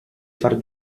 far